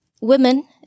women